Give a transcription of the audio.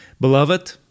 Beloved